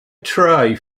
tray